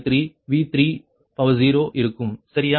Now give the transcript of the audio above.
6153 V30 இருக்கும் சரியா